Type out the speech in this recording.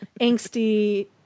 angsty